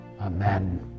Amen